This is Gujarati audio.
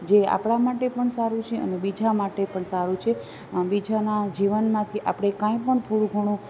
જે આપણા માટે પણ સારું છે અને બીજા માટે પણ સારું છે બીજાના જીવનમાંથી આપણે કાંઇપણ થોડું ઘણું